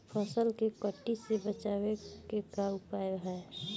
फसलन के कीट से बचावे क का उपाय है?